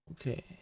Okay